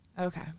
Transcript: Okay